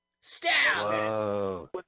Stab